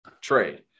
trade